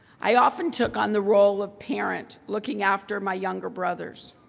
i often took on the role of parent, looking after my younger brothers,